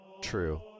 True